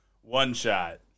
one-shot